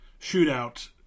shootout